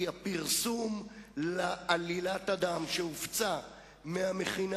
כי הפרסום לעלילת דם שהופצה מהמכינה